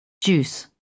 Juice